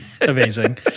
amazing